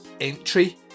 entry